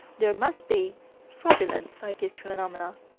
there must be fraudulent psychic phenomena.